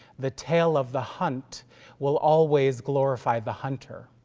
the tale of the hunt will always glorify the hunter.